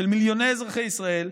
של מיליוני אזרחי ישראל,